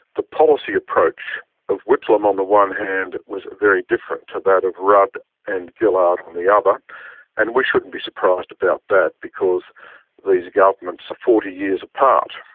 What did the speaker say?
the policy approach of whitlam on the one hand was very different to that of rudd and gillard on the other ah but and we shouldn't be surprised about that, because these governments are forty years apart.